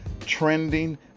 trending